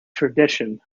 tradition